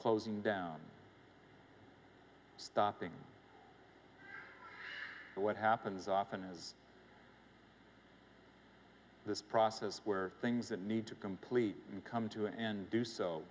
closing down stopping what happens often is this process where things that need to complete come to an do so